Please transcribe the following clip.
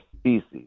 species